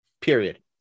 Period